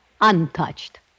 Untouched